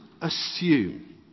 assume